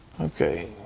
Okay